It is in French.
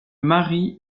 marient